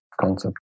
concept